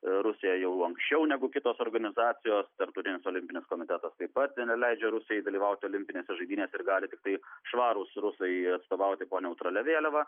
rusija jau anksčiau negu kitos organizacijos tarptautinis olimpinis komitetas taip pat neleidžia rusijai dalyvauti olimpinėse žaidynėse ir gali tiktai švarūs rusai atstovauti po neutralia vėliava